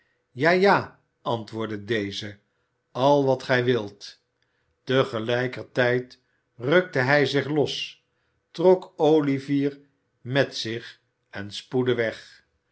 ja ja antwoordde deze al wat gij wilt te gelijker tijd rukte hij zich los trok olivier met zich en spoedde weg